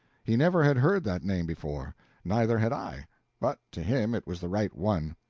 he never had heard that name before neither had i but to him it was the right one.